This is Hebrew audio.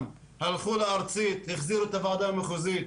הלכו לארצית, החזירו את זה לוועדה המחוזית,